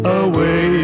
away